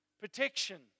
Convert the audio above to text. Protection